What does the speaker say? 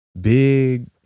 big